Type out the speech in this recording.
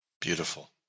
Beautiful